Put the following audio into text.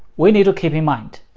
we need to keep in mind,